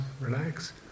Relax